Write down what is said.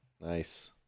Nice